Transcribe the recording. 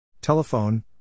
Telephone